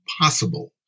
possible